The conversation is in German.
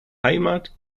heimat